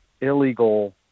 illegal